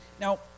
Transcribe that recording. Now